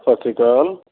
ਸਤਿ ਸ਼੍ਰੀ ਅਕਾਲ